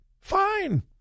Fine